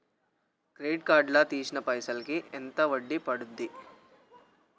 Credit card లా తీసిన పైసల్ కి ఎంత వడ్డీ పండుద్ధి?